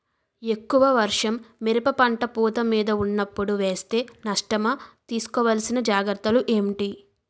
ఎక్కువ వర్షం మిరప పంట పూత మీద వున్నపుడు వేస్తే నష్టమా? తీస్కో వలసిన జాగ్రత్తలు ఏంటి?